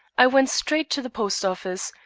i went straight to the post-office,